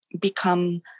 become